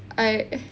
I uh